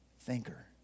thinker